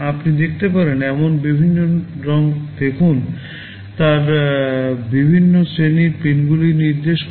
আপনি দেখতে পারেন এমন বিভিন্ন রঙ দেখুন তারা বিভিন্ন শ্রেণীর পিনগুলি নির্দেশ করে